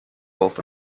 over